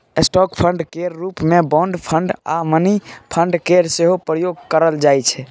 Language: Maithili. स्टॉक फंड केर रूप मे बॉन्ड फंड आ मनी फंड केर सेहो प्रयोग करल जाइ छै